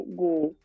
go